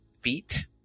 feet